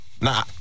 Nah